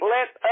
Let